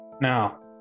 Now